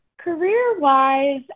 Career-wise